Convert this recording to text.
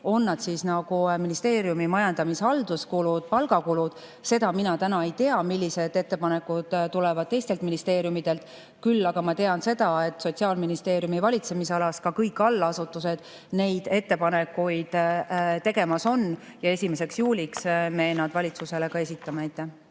on need ministeeriumi majandamis‑ ja halduskulud, palgakulud. Seda mina täna ei tea, millised ettepanekud tulevad teistelt ministeeriumidelt, küll aga ma tean seda, et Sotsiaalministeeriumi valitsemisalas ka kõik allasutused neid ettepanekuid tegemas on. Ja 1. juuliks me nad valitsusele esitame.